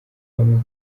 bamwe